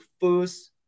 first